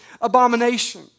abomination